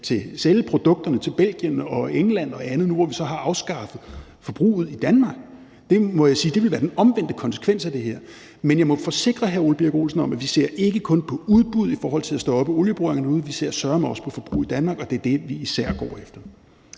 og så sælge produkterne til Belgien og England og andre, nu hvor vi så har afskaffet forbruget i Danmark? Det må jeg sige ville være den omvendte konsekvens af det her. Men jeg må forsikre hr. Ole Birk Olesen om, at vi ikke kun ser på udbuddet i forhold til at stoppe olieboringerne – vi ser søreme også på forbruget i Danmark, og det er det, vi især går efter.